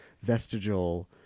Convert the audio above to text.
vestigial